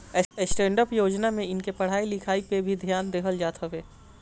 stand up योजना में इनके पढ़ाई लिखाई पअ भी ध्यान देहल जात हवे